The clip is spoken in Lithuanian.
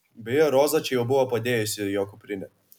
beje roza čia jau buvo padėjusi jo kuprinę